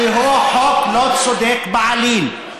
כי הוא חוק לא צודק בעליל,